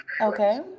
Okay